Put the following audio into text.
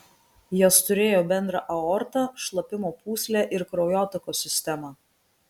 jos turėjo bendrą aortą šlapimo pūslę ir kraujotakos sistemą